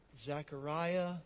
Zechariah